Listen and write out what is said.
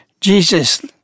Jesus